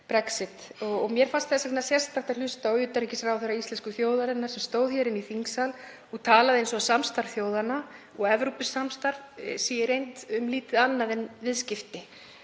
Mér fannst þess vegna sérstakt að hlusta á hæstv. utanríkisráðherra íslensku þjóðarinnar sem stóð hér í þingsal og talaði eins og samstarf þjóðanna og Evrópusamstarf snúist í reynd um lítið annað en viðskipti.